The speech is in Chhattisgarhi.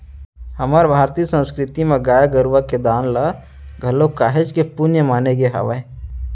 हमर भारतीय संस्कृति म गाय गरुवा के दान ल घलोक काहेच के पुन्य माने गे हावय